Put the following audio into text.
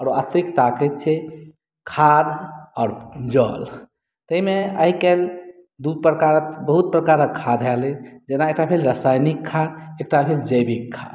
आओर अतिरिक्त ताकत छै खाद आओर जल तैमे आइ काल्हि दू प्रकारक बहुत प्रकारक खाद आयल अछि जेना एक टा भेल रासायनिक खाद एक टा भेल जैविक खाद